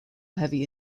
heavy